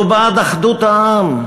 שהוא בעד אחדות העם.